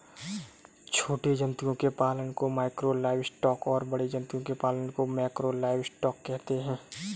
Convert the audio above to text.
छोटे जंतुओं के पालन को माइक्रो लाइवस्टॉक और बड़े जंतुओं के पालन को मैकरो लाइवस्टॉक कहते है